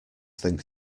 think